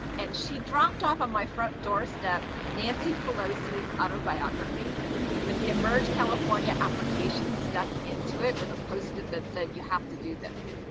and she dropped off on my front doorstep nancy pelosi's autobiography with the emerge california application stuck into it with a post-it that said, you have to do this.